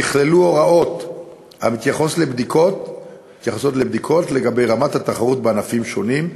נכללו הוראות המתייחסות לבדיקות לגבי רמת התחרות בענפים שונים,